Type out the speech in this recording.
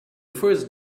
first